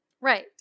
Right